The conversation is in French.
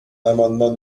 l’amendement